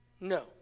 no